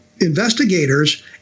investigators